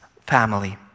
family